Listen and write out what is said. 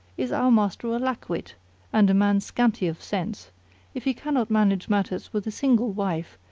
is our master a lack wit and a man scanty of sense if he cannot manage matters with a single wife,